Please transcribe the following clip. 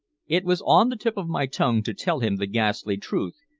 it was on the tip of my tongue to tell him the ghastly truth,